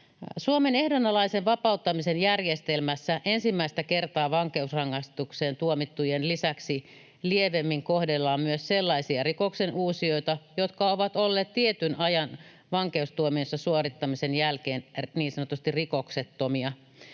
Suomen ehdonalaisen vapauttamisen järjestelmässä ensimmäistä kertaa vankeusrangaistukseen tuomittujen lisäksi lievemmin kohdellaan myös sellaisia rikoksenuusijoita, jotka ovat olleet tietyn ajan vankeustuomionsa suorittamisen jälkeen niin sanotusti rikoksettomia.